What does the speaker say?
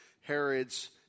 Herod's